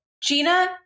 Gina